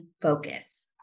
focus